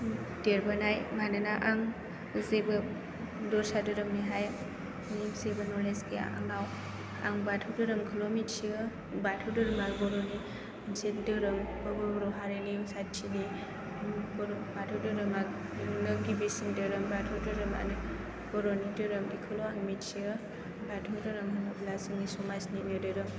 देरबोनाय मानोना आं जेबो दस्रा धोरोमनिहाय जेबो न'लेज गैया आंनाव आं बाथौ धोरोमखौल' मिथियो बाथौ धोरोमआ बर'नि मोनसे धोरोम बयबो बर' हारिनि हिंसाथि गैयै बर' बाथौ धोरोमआनो गिबिसिन धोरोम बाथौ धोरोमानो बर'नि धोरोम बेखौल' आं मिथियो बाथौ धोरोम होनोब्ला जोंनि समाजनिनो धोरोम